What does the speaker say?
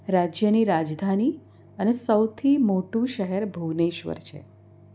રાજ્યની રાજધાની અને સૌથી મોટું શહેર ભુવનેશ્વર છે